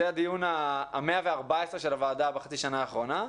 זה הדיון ה-114 של הוועדה בחצי השנה האחרונה,